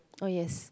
oh yes